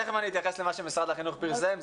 תיכף אני אתייחס למה שמשרד החינוך פרסם,